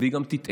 והיא גם תטעה.